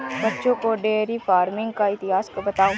बच्चों को dairy farming का इतिहास बताओ